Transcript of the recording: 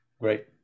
Great